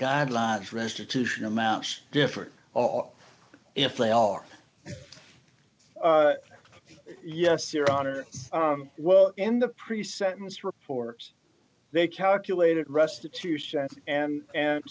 guidelines restitution amounts different all if they are yes your honor well in the pre sentence report they calculate it restitution and and